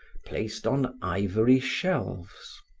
placed on ivory shelves.